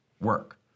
work